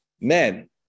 men